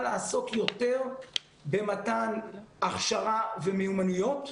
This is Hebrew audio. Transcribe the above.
לעסוק יותר במתן הכשרה ומיומנויות,